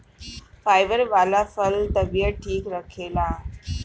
fibre वाला फल तबियत ठीक रखेला